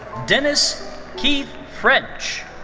dennis keith french.